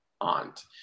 aunt